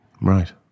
Right